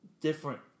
different